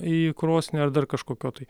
į krosnį ar dar kažkokio tai